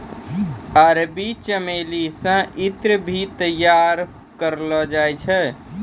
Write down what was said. अरबी चमेली से ईत्र भी तैयार करलो जाय छै